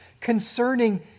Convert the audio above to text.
concerning